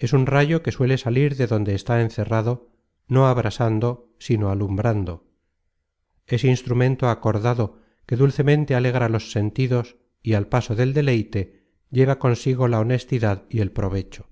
es un rayo que suele salir de donde está encerrado no abrasando sino alumbrando es instrumento acordado que dulcemente alegra los sentidos y al paso del deleite lleva consigo la honestidad y el provecho